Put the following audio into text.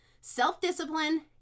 self-discipline